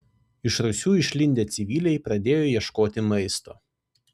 iš rūsių išlindę civiliai pradėjo ieškoti maisto